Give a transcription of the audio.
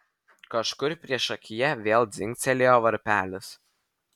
kažkur priešakyje vėl dzingtelėjo varpelis